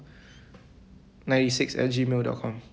ninety six at G mail dot com